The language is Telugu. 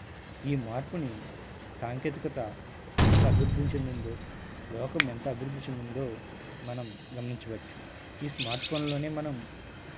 ఈ మార్పుని సాంకేతికత ఎంత అభివృద్ధి చెందిందో లోకం ఎంత అభివృద్ధి చెందిందో మనం గమనించవచ్చు ఈ స్మార్ట్ ఫోనులలోనే మనం